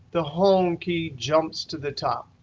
the home key jumps to the top.